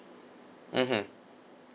mmhmm